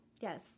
Yes